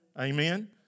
Amen